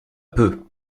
peu